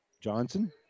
Johnson